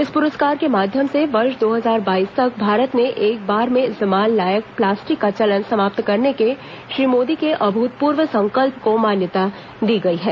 इस पुरस्कार के माध्यम से वर्ष दो हजार बाईस तक भारत में एक बार में इस्तेमाल लायक प्लास्टिक का चलन समाप्त करने के श्री मोदी के अभूतपूर्व संकल्प को मान्यता दी गई है